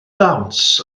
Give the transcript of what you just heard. dawns